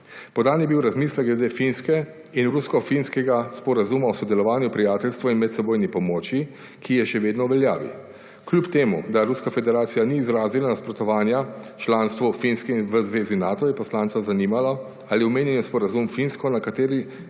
Podan je bil razmislek glede Finske in rusko-finskega sporazuma o sodelovanju prijateljstva in medsebojno pomoči, ki je še vedno v veljavi. Kljub temu, da Ruska federacija ni izrazila nasprotovanja članstvu Finske v Zvezi Nato je poslanca zanimalo, ali omenjeni sporazum Finsko na